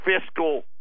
fiscal